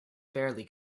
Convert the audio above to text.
fairly